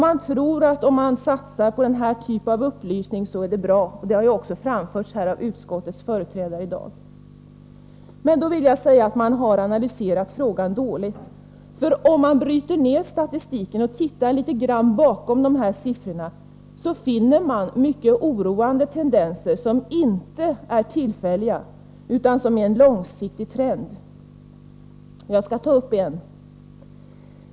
Man tror att om man satsar på denna typ av upplysning så är det bra, och det har ju också framförts av utskottets företrädare häri dag. Men då vill jag säga att man har analyserat frågan dåligt. Om man bryter ner statistiken och tittar litet grand bakom siffrorna finner man mycket oroande tendenser, som inte är tillfälliga utan som utgör en långsiktig trend, och jag skall ta upp en.